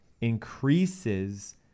increases